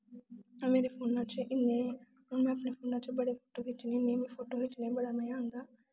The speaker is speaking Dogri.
मेरे फोना च इन्ने हून में अपने फोना च बड़े फोटो खिच्चनी होन्नीं मिगी फोटो खिच्चने दा बड़ा मजा आंदा